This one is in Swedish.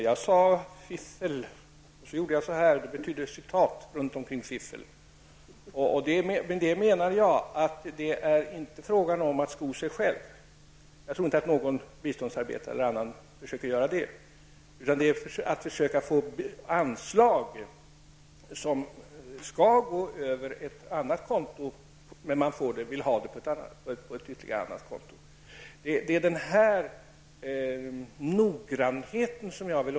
Herr talman! Jag menade ''fiffel'' med citattecken runt om ordet och markerade det med en gest. Jag menar då att det inte är fråga om att försöka sko sig själv. Jag tror inte att någon biståndsarbetare eller annan försöker att göra det. Vad det gäller är att man försöker få anslag från ett annat konto än det som ansetts för ändamålet. Jag vill understryka hur viktig denna noggrannheten är.